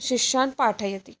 शिष्यान् पाठयति